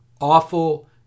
awful